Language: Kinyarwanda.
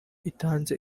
itanze